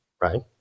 right